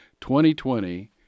2020